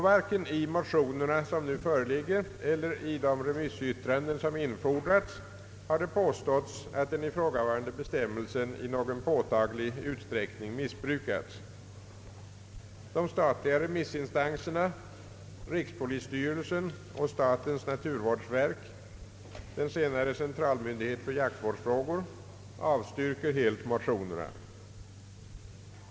Varken i motionerna eller i de remissyttranden som infordrats har påståtts att den ifrågavarande bestämmelsen i någon påtaglig utsträckning missbrukats. De statliga remissinstanserna, rikspolisstyrelsen och statens naturvårdsverk — den senare centralmyndighet för jaktvårdsfrågor — avstyrker helt motionerna.